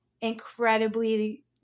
incredibly